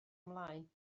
ymlaen